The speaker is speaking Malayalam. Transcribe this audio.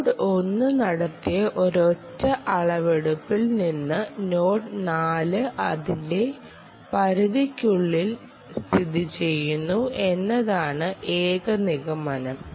നോഡ് 1 നടത്തിയ ഒരൊറ്റ അളവെടുപ്പിൽ നിന്ന് നോഡ് 4 അതിന്റെ പരിധിക്കുള്ളിൽ സ്ഥിതിചെയ്യുന്നു എന്നതാണ് ഏക നിഗമനം